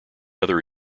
other